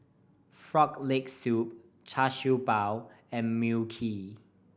Frog Leg Soup Char Siew Bao and Mui Kee